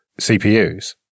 CPUs